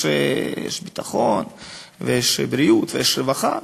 יש ביטחון ויש בריאות ויש רווחה,